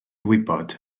wybod